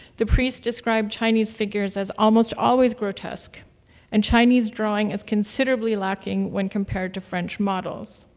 the priests described chinese figures as almost always grotesque and chinese drawing as considerably lacking when compared to french models.